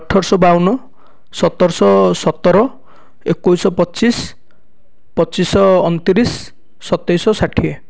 ଅଠର ଶହ ବାଉନ ସତର ଶହ ସତର ଏକୋଇଶ ଶହ ପଚିଶ ପଚିଶ ଶହ ଅଣତିରିଶ ସତେଇଶ ଶହ ଷାଠିଏ